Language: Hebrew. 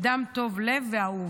אדם טוב לב ואהוב.